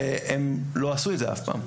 והם אף פעם לא עשו את זה.